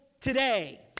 today